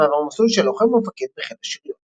ועבר מסלול של לוחם ומפקד בחיל השריון.